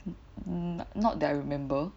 mmhmm not that I remember